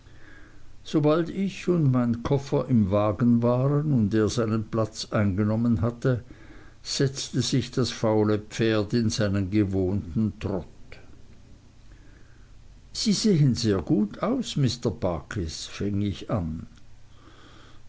sobald ich und mein koffer im wagen waren und er seinen platz eingenommen hatte setzte sich das faule pferd in seinen gewohnten trott sie sehen sehr gut aus mr barkis fing ich an